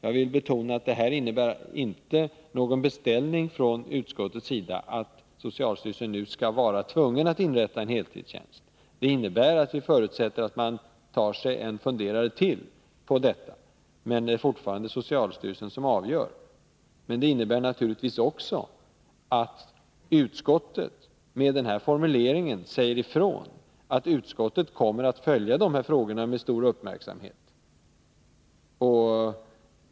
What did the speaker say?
Jag vill betona att detta inte innebär någon beställning från utskottets sida så att socialstyrelsen skulle vara tvungen att inrätta en heltidstjänst; det innebär att vi förutsätter att man tar sig en funderare till på detta. Men det är fortfarande socialstyrelsen som avgör. Med sin formulering säger utskottet emellertid att utskottet kommer att följa frågorna med stor uppmärksamhet.